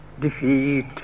defeat